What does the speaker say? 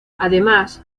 además